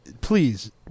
please